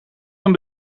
hem